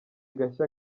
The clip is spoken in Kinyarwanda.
gashya